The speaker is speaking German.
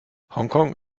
hongkong